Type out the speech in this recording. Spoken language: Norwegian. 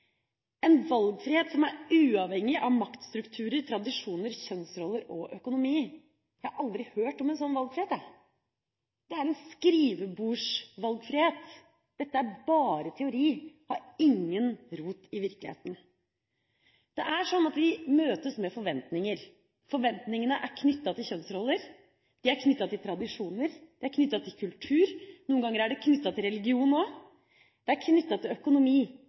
en valgfrihet som er uavhengig av maktstrukturer, tradisjoner, kjønnsroller og økonomi. Jeg har aldri hørt om en sånn valgfrihet – det er en skrivebordsvalgfrihet. Det er bare teori og har ingen rot i virkeligheten. Det er sånn at vi møtes med forventinger. Forventingene er knyttet til kjønnsroller, de er knyttet til tradisjoner, de er knyttet til kultur, og noen ganger er de knyttet til religion også, og de er knyttet til økonomi,